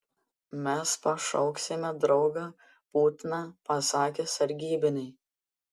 mes pašauksime draugą putną pasakė sargybiniai